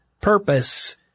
purpose